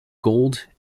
gold